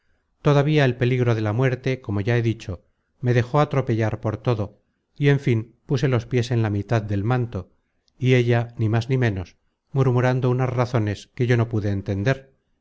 todavía el peligro de la muerte como ya he dicho me dejó atropellar por todo y en fin puse los pies en la mitad del manto y ella ni más ni ménos murmurando unas razones que yo no pude entender